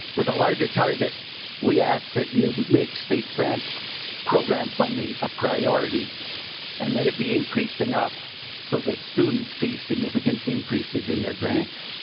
a larger target we ask that you make state grant programs funding a priority and that it be increased enough so that students see significant increases in their grants.